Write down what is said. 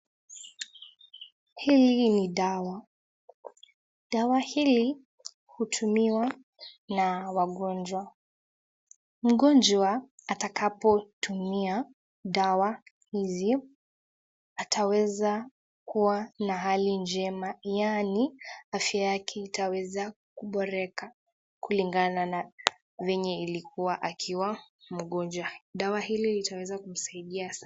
Hili ni dawa. Dawa hili hutumiwa na wagonjwa. Mgonjwa atakapotumia dawa hizi ataweza kuwa na hali njema yaani afya yake itaweza kuboreka kulingana na venye ilikuwa akiwa mgonjwa. Dawa hili litaweza kumsaidia sana.